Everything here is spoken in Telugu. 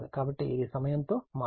కాబట్టి ఇది సమయంతో మారదు